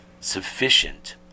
sufficient